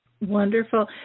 Wonderful